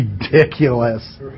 ridiculous